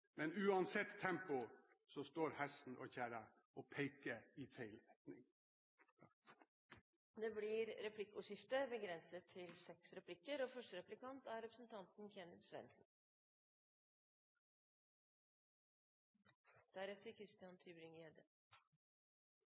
Men uansett tempo står hesten og kjerra og peker i feil retning. Det blir replikkordskifte. Når representanten Hansen snakker om Hellas og